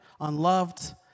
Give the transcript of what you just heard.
unloved